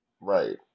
Right